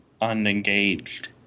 unengaged